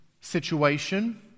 situation